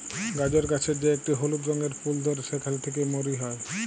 গাজর গাছের যে একটি হলুদ রঙের ফুল ধ্যরে সেখালে থেক্যে মরি হ্যয়ে